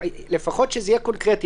לפחות שזה יהיה קונקרטי.